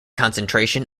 concentration